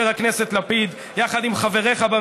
חבר הכנסת לפיד,